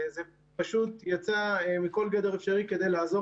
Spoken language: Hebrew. זה פשוט יצא מכל גדר אפשרי כדי לעזור